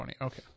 okay